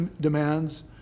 demands